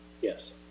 Yes